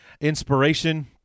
inspiration